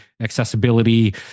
accessibility